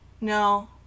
No